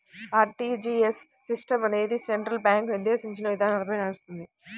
RTGS system అనేది central bank నిర్దేశించిన విధానాలపై నడుస్తుంది